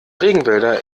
regenwälder